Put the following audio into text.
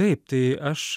taip tai aš